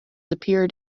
appeared